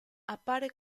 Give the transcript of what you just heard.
appare